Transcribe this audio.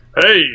Hey